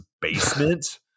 basement